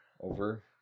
Over